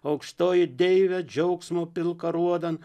aukštoji deivė džiaugsmo pilka ruodan